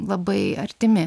labai artimi